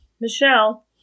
Michelle